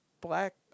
black